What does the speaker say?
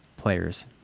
players